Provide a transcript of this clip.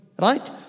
right